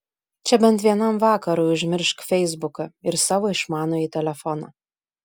čia bent vienam vakarui užmiršk feisbuką ir savo išmanųjį telefoną